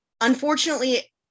unfortunately